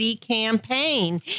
campaign